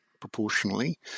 proportionally